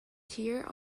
tear